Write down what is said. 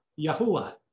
Yahuwah